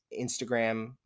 Instagram